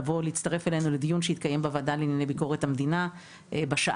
לבוא ולהצטרף אלינו לדיון שיתקיים בוועדה לענייני ביקורת המדינה בשעה